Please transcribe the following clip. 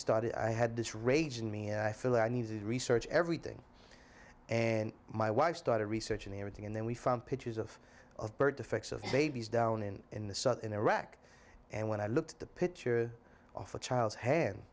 started i had this rage in me and i feel i need to research everything and my wife started researching everything and then we found pictures of of birth defects of babies down in iraq and when i looked at the picture of the child's hand